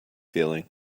feeling